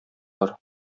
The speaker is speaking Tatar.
бар